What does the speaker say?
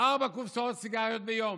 ארבע קופסאות סיגריות ביום.